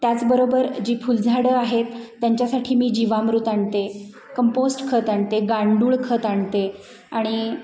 त्याचबरोबर जी फुलझाडं आहेत त्यांच्यासाठी मी जीवामृत आणते कंपोस्ट खत आणते गांडूळ खत आणते आणि